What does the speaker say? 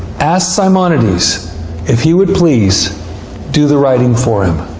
asked simonides if he would please do the writing for him.